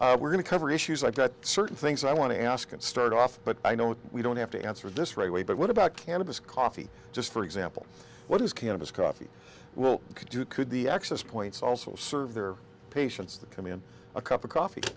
and we're going to cover issues like that certain things i want to ask and start off but i know we don't have to answer this right away but what about cannabis coffee just for example what is canada's coffee well could do could the access points also serve their patients that come in a cup of coffee